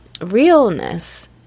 realness